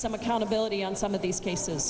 some accountability on some of these cases